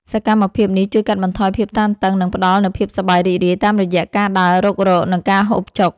សកម្មភាពនេះជួយកាត់បន្ថយភាពតានតឹង និងផ្ដល់នូវភាពសប្បាយរីករាយតាមរយៈការដើររុករក និងការហូបចុក។